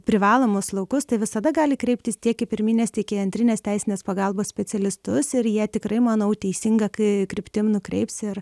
privalomus laukus tai visada gali kreiptis tiek pirminės tiekėjai antrinės teisinės pagalbos specialistus ir jie tikrai manau teisinga kai kryptim nukreips ir